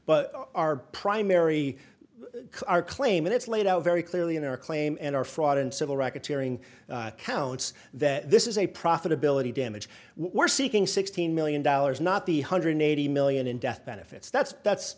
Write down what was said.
but our primary our claim and it's laid out very clearly in our claim and our fraud and civil racketeering counts that this is a profitability damage we're seeking sixteen million dollars not the hundred eighty million in death benefits that's that's